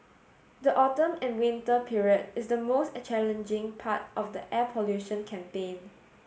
the autumn and winter period is the most challenging part of the air pollution campaign